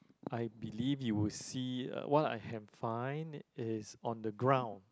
I believe you will see uh what I can find is on the ground